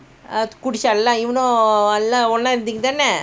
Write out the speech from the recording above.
குடிச்சிஇவனும்எல்லாம்ஒண்ணாஇருந்தீங்கதான:kudichi ivanum ellam onna irundheenka thana